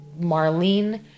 Marlene